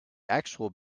actual